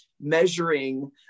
measuring